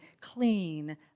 clean